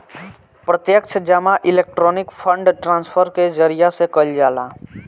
प्रत्यक्ष जमा electronic fund transfer के जरिया से कईल जाला